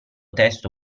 testo